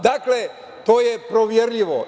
Dakle, to je proverljivo.